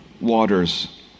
waters